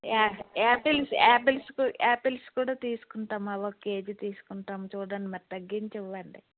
yeah apples ఆపిల్స్కు apples కూడా తీసుకుంటాం అవి ఒక కేజీ తీసుకుంటాం చూడండి మరి తగ్గించి ఇవ్వండి